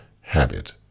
habit